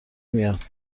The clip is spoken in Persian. میاد